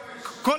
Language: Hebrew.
חופש,